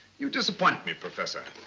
you disappoint me, professor.